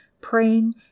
praying